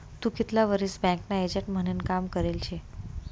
तू कितला वरीस बँकना एजंट म्हनीन काम करेल शे?